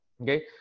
okay